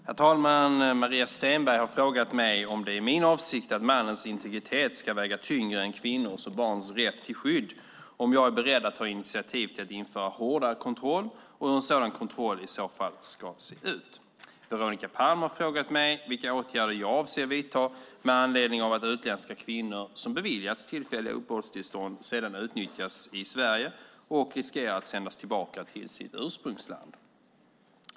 Herr talman! Maria Stenberg har frågat mig om det är min avsikt att mannens integritet ska väga tyngre än kvinnors och barns rätt till skydd och om jag är beredd att ta initiativ till att införa hårdare kontroll och hur en sådan kontroll i så fall ska se ut. Veronica Palm har frågat mig vilka åtgärder jag avser att vidta med anledning av att utländska kvinnor som beviljats tillfälliga uppehållstillstånd sedan utnyttjas i Sverige och riskerar att sändas tillbaka till sitt ursprungsland.